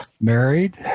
married